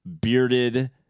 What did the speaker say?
bearded